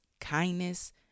kindness